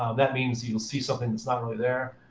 um that means you'll see something that's not really there.